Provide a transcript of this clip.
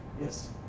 Yes